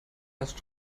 erst